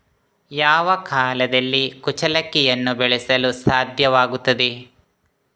ಯಾವ ಕಾಲದಲ್ಲಿ ಕುಚ್ಚಲಕ್ಕಿಯನ್ನು ಬೆಳೆಸಲು ಸಾಧ್ಯವಾಗ್ತದೆ?